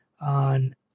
on